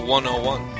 101